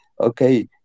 okay